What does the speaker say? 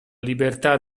libertà